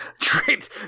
Great